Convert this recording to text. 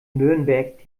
nürnberg